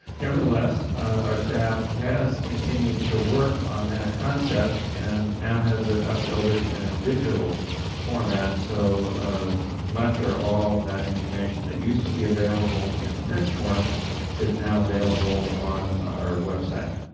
nevertheless our staff has continued to work on that concept, and now has uploaded in a digital format so much or all of that information that used to be available in print form is now available on our website.